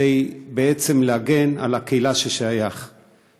כדי להגן על הקהילה שהוא שייך לה.